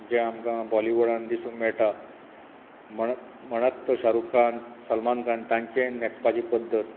जे आमकां बॉलिवुडांत दिसूंक मेळटा म्हणत म्हणत तो शाहरूख खान सलमान खान तांचेंय न्हेसपाची पद्दत